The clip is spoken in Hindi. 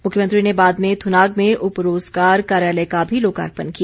मुख्यमंत्री ने बाद में थुनाग में उप रोजगार कार्यालय का भी लोकार्पण किया